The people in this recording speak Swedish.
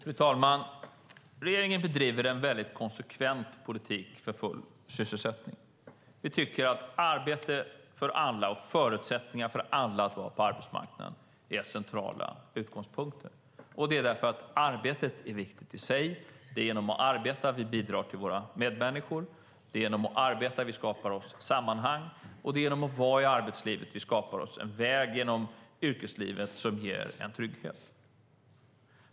Fru talman! Regeringen bedriver en mycket konsekvent politik för full sysselsättning. Vi tycker att arbete för alla och förutsättningar för alla att vara på arbetsmarknaden är centrala utgångspunkter. Det beror på att arbetet är viktigt i sig. Det är genom att arbeta vi bidrar till våra medmänniskor, det är genom att arbeta vi skapar sammanhang och det är genom att vara i arbetslivet vi skapar oss en väg genom yrkeslivet som ger trygghet.